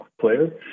player